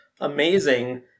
amazing